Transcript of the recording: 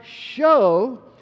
show